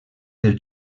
del